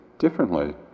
differently